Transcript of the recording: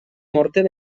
morter